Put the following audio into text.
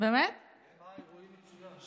רואים ושומעים.